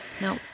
no